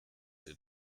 dir